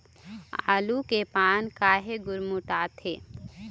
आलू के पान काहे गुरमुटाथे?